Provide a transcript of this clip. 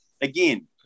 again